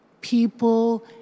people